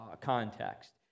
context